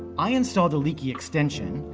i installed a leaky extension,